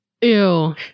Ew